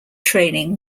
training